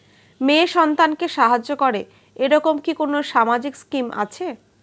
মেয়ে সন্তানকে সাহায্য করে এরকম কি কোনো সামাজিক স্কিম আছে?